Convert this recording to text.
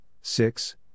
six